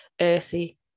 earthy